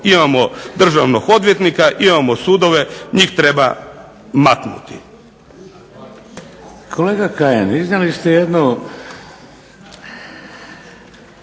imamo državnog odvjetnika, imamo sudove, njih treba maknuti.